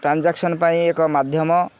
transaction ପାଇଁ ଏକ ମାଧ୍ୟମ